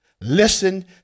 listen